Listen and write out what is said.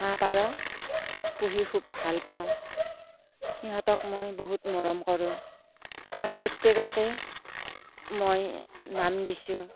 হাঁহ পাৰ পুহি খুব ভালপাওঁ সিহঁতক মই বহুত মৰম কৰোঁ মই প্ৰত্য়েককে মই নাম দিছোঁ